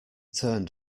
turned